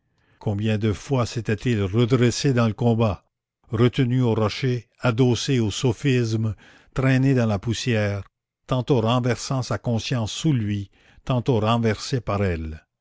combien de fois s'était-il redressé dans le combat retenu au rocher adossé au sophisme traîné dans la poussière tantôt renversant sa conscience sous lui tantôt renversé par elle